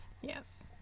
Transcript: Yes